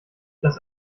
das